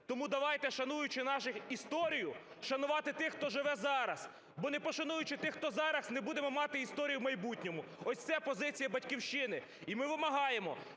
Тому давайте шануючи нашу історію, шанувати тих, хто живе зараз, бо, не пошануючи тих, хто зараз, не будемо мати історії в майбутньому. Ось це позиція "Батьківщини". І ми вимагаємо,